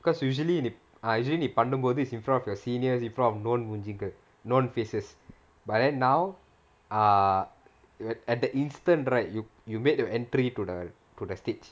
because usually ah usually நீ பண்ணும் போது:nee pannum pothu is in front of your seniors in front of known மூஞ்சிகள்:moonjigal known faces but then now err at that instance right you you made the entry to the to the stage